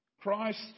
Christ